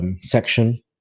section